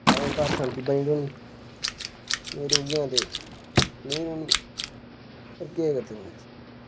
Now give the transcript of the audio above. सारैं घर शांति बनी नेंई रखदे ते नेंई रौह्नी पर केह् करी सकने